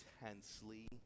intensely